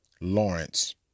Lawrence